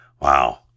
Wow